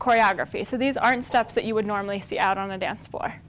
choreography so these aren't steps that you would normally see out on a dance floor